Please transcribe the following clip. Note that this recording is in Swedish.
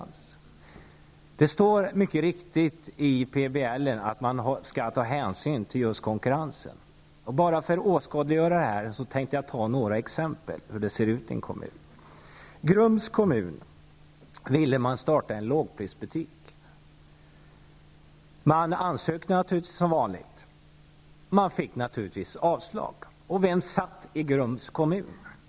I PBL står det mycket riktigt att man skall ta hänsyn till konkurrensen. För att åskådliggöra detta tänkte jag ta upp några exempel på hur det ser ut i en kommun. Ansökan lämnades givetvis in som vanligt, och naturligtvis blev det avslag. Och vem styrde i Grums kommun?